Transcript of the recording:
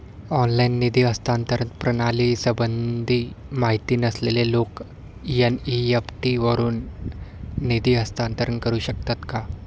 Online निधी हस्तांतरण प्रणालीसंबंधी माहिती नसलेले लोक एन.इ.एफ.टी वरून निधी हस्तांतरण करू शकतात का?